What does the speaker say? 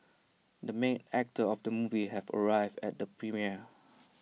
the main actor of the movie has arrived at the premiere